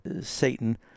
Satan